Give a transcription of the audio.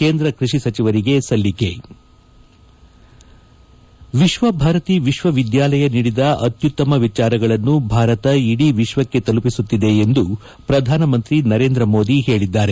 ಕೇಂದ್ರ ಕೃಷಿ ಸಚಿವರಿಗೆ ಸಲ್ಲಿಕೆ ವಿಶ್ವಭಾರತಿ ವಿಶ್ವವಿದ್ಯಾಲಯ ನೀಡಿದ ಅತ್ಯುತ್ತಮ ವಿಚಾರಗಳನ್ನು ಭಾರತ ಇಡೀ ವಿಶ್ವಕ್ಕೆ ತಲುಪಿಸುತ್ತಿದೆ ಎಂದು ಪ್ರಧಾನಮಂತ್ರಿ ನರೇಂದ್ರ ಮೋದಿ ಹೇಳಿದ್ದಾರೆ